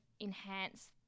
enhance